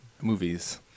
movies